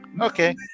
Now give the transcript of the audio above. Okay